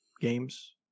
games